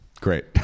Great